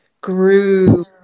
grew